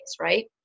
right